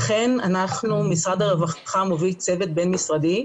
אכן משרד הרווחה מוביל צוות בין משרדי,